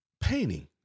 painting